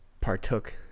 partook